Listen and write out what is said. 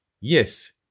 Yes